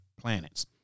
planets